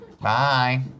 Bye